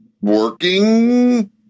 working